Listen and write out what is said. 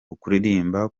ukuririmba